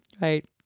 right